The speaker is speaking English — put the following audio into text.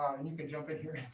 and you can jump in here.